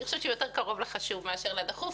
אני חושבת שהוא קרוב יותר לחשוב מאשר לדחוף,